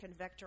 convector